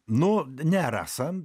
nu ne rasa